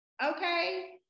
Okay